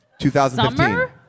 2015